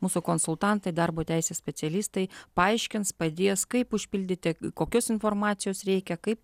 mūsų konsultantai darbo teisės specialistai paaiškins padės kaip užpildyti kokios informacijos reikia kaip